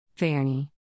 Fairney